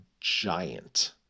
giant